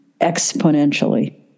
exponentially